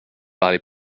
parler